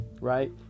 Right